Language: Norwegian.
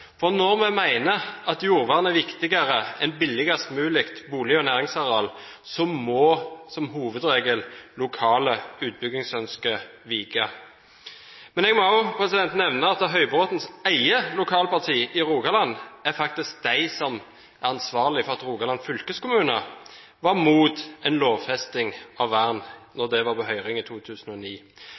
Når vi mener at jordvern er viktigere enn billigst mulig bolig- og næringsareal, må – som hovedregel – lokale utbyggingsønsker vike. Men jeg må òg nevne at Høybråtens eget lokalparti i Rogaland faktisk er det som er ansvarlig for at Rogaland fylkeskommune var imot en lovfesting av vern da det var på høring i 2009.